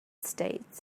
states